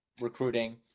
recruiting